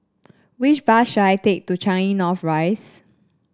which bus should I take to Changi North Rise